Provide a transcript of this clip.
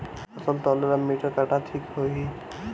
फसल तौले ला मिटर काटा ठिक होही?